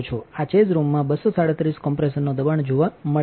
આ ચેઝ રૂમમાં 237 માં કોમ્પ્રેસરનો દબાણ જોવા મળે છે